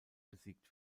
besiegt